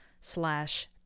slash